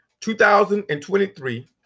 2023